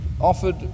offered